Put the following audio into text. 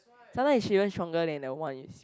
sometime is even stronger than the one is